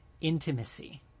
intimacy